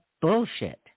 bullshit